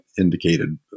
indicated